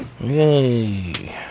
Yay